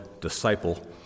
disciple